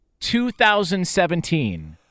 2017